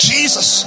Jesus